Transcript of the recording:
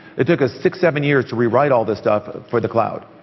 it took us six, seven, years to rewrite all this stuff for the cloud,